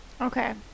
Okay